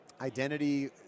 identity